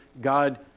God